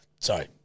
Sorry